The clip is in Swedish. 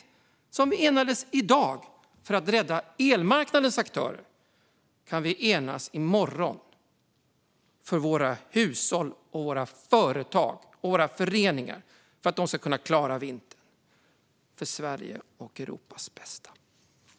Så som vi enades i dag för att rädda elmarknadens aktörer kan vi enas i morgon för att våra hushåll, företag och föreningar ska klara vintern och för Sveriges och Europas bästa.